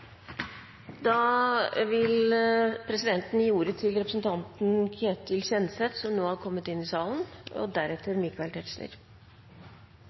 Da vil presidenten gi ordet til representanten Ketil Kjenseth, som nå har kommet inn i salen.